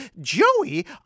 Joey